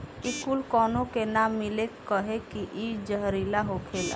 इ कूल काउनो के ना मिले कहे की इ जहरीला होखेला